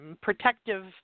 protective